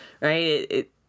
right